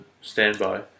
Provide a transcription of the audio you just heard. standby